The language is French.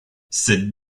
cette